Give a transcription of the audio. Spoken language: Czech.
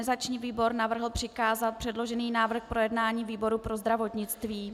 Organizační výbor navrhl přikázat předložený návrh k projednání výboru pro zdravotnictví.